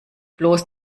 bloß